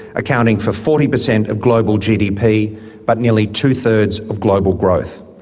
accounting for forty percent of global gdp but nearly two-thirds of global growth.